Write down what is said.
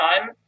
time